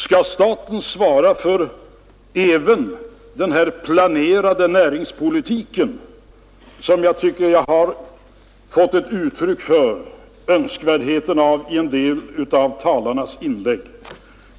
Skall staten även svara för den planerade näringspolitik som jag tycker jag har fått ett uttryck för önskvärdheten av i en del talares inlägg i dag?